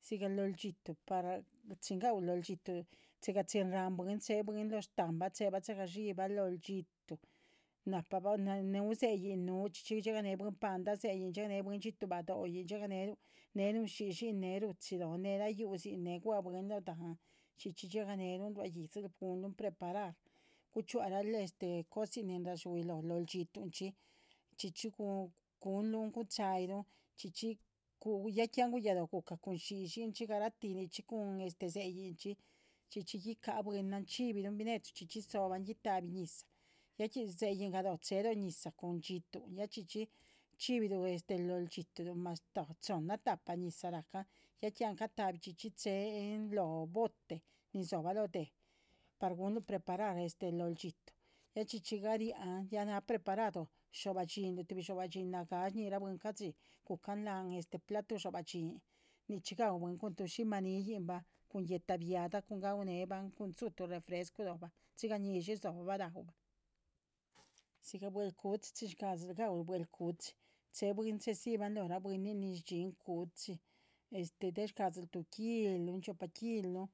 siga loldxitu para cxhin gahulu loldxitu,. dziga chxin rann- buiinn- chéhe losh dahanba, tin cxhe gasxhiba loldxitu, nahpa bah nu zee´iin, nu chxichi yhegane buiinn- palda zee´iin yheganeba dxhtu badhoin, chxieganeba nun. lli´´llin ruchi lonh ne layhusin rua buiin loh daa´nh, chxichi ghieganerún ruayixhiru, gunlun preparar, guacxuharú cosiran. nin rasxhui lo loldxitunxh chxíhxi gunchailun, chxíchi ya que anh guyalo gucah, xhixhincxhi cun garatinichi cun zee´iinchi. chxíchi yicý buiinnan xhibibann- binechu, chxichi zoban guita´bi ñisa, ya zee´iin gahlo chxe lo nisa cun dxitu, xhibiru loldxhituru. chohnna, tahpa nisa racan, ya que ahn catabí, gusenn- lo bote nin zoba lo deh par gunlu preparar este loldxitu, chxíchi garian ya nah. preparado tu dxobah dhxín nagáa snira buiinn- ca´dxi ghucán lanh platuh dxobah dhxín nicxhi gawuh buiin cun yiimanni cun guheta biahada. cun su tu refrescu loba, siga ñisxhi rsobaba rauba. siga bue´lah cu´chi, chin shcladxhiru ga´ulu bue´lah cu´chi, che buiinn- cxhesiban. lora buiininn- nin rdxiínn- cu´chi, del claxchiru tu kilun, chiopa kilun.